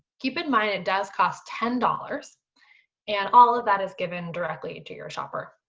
keep in mind it does cost ten dollars and all of that is given directly to your shopper.